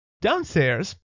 Downstairs